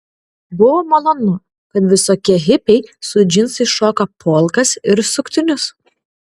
buvo malonu kad visokie hipiai su džinsais šoka polkas ir suktinius